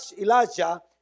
Elijah